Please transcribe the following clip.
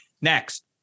Next